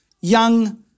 young